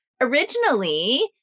Originally